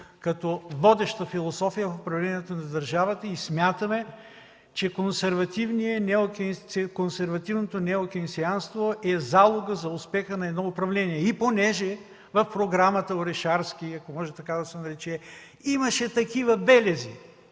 като водеща философия в управлението на държавата и смятаме, че консервативното неокейнсианство е залогът за успеха на едно управление. Понеже в програмата Орешарски, ако може така да се нарече, имаше такива белези,